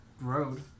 road